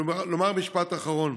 אני אומר משפט אחרון: